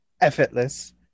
effortless